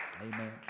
Amen